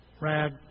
Rad